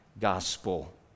gospel